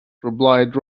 replied